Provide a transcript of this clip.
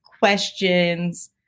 questions